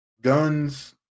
Guns